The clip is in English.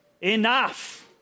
enough